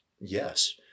Yes